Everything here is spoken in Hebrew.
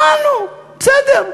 הבנו, בסדר.